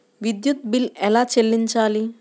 విద్యుత్ బిల్ ఎలా చెల్లించాలి?